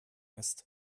ist